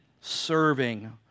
serving